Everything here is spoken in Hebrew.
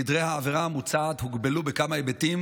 גדרי העבירה המוצעת הוגבלו בכמה היבטים